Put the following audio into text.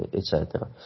eccetera